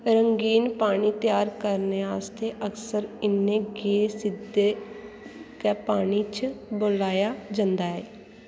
रंगीन पानी त्यार करने आस्तै अक्सर इ'नें गी सिद्धे गै पानी च बोआलेआ जंदा ऐ